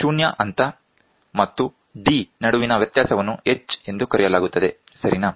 0 ಹಂತ ಮತ್ತು D ನಡುವಿನ ವ್ಯತ್ಯಾಸವನ್ನು H ಎಂದು ಕರೆಯಲಾಗುತ್ತದೆ ಸರಿನಾ